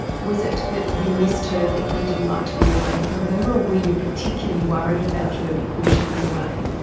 was it that you missed her, that you didn't like to be away from her? or were you particularly worried about her because she was away?